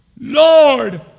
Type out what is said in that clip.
Lord